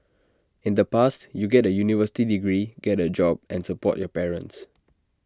in the past you get A university degree get A job and support your parents